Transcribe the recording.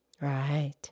Right